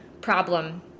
problem